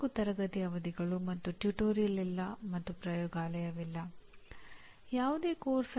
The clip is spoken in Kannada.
ನಾವು ನಂತರ ಪ್ರತಿಯೊಂದನ್ನು ವಿಸ್ತಾರವಾಗಿ ಹೇಳುತ್ತೇವೆ